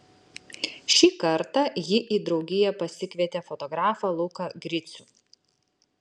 šį kartą ji į draugiją pasikvietė fotografą luką gricių